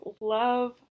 love